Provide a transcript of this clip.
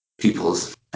People's